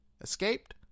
Escaped